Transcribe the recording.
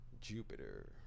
jupiter